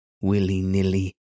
willy-nilly